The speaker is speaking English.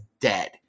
dead